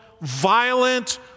violent